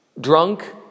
drunk